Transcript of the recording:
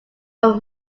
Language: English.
formed